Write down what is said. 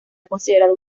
considerado